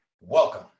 Welcome